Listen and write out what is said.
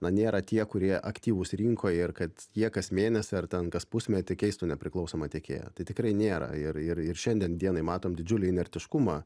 na nėra tie kurie aktyvūs rinkoj ir kad jie kas mėnesį ar ten kas pusmetį keistų nepriklausomą tiekėją tai tikrai nėra ir ir ir šiandien dienai matom didžiulį inertiškumą